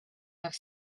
have